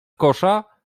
kosza